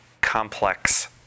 complex